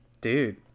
Dude